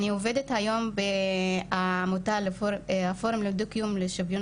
אני עובדת היום בפורום לדו קיום לשוויון